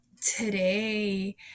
today